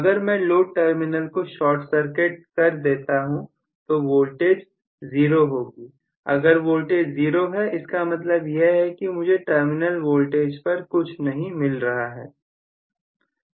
अगर मैं load terminal को शार्ट सर्किट कर देता हूं तो वोल्टेज जीरो होगी अगर वोल्टेज ज़ीरो है इसका मतलब यह है कि मुझे टर्मिनल वोल्टेज पर कुछ नहीं मिल रहा है